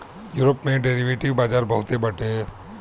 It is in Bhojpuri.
यूरोप में डेरिवेटिव बाजार बहुते बाटे